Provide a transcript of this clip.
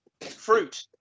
fruit